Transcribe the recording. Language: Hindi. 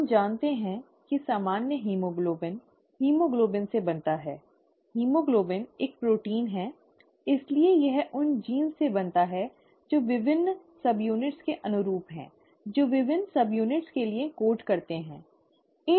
हम जानते हैं कि सामान्य हीमोग्लोबिन हीमोग्लोबिन से बनता है हीमोग्लोबिन एक प्रोटीन है इसलिए यह उन जीनों से बनता है जो विभिन्न उप इकाइयों के अनुरूप हैं जो विभिन्न उप इकाइयों के लिए कोड करते है